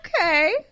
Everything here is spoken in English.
Okay